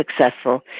successful